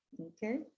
Okay